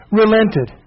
relented